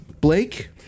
Blake